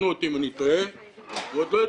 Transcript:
עוד לא יודע מהי